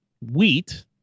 wheat